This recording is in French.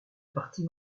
partie